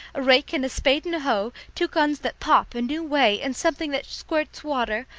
a rake and a spade and a hoe, two guns that pop a new way, and something that squirts water,